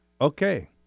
Okay